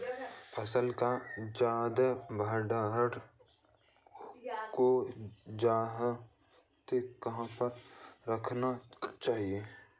फसल का ज्यादा भंडारण हो जाए तो कहाँ पर रखना चाहिए?